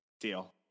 Deal